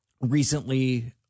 recently